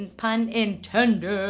pun intended.